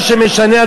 מה שמשנה,